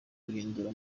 yahindura